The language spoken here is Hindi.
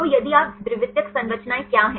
तो यदि आप द्वितीयक संरचनाएँ क्या हैं